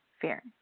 fear